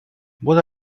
both